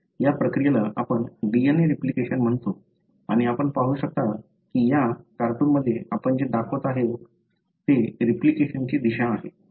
या प्रक्रियेला आपण DNA रिप्लिकेशन म्हणतो आणि आपण पाहू शकता की या कार्टूनमध्ये आपण जे दाखवत आहोत ते रिप्लिकेशनची दिशा आहे